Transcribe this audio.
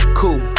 cool